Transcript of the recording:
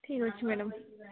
ଠିକ୍ ଅଛି ମ୍ୟାଡ଼ମ୍